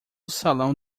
salão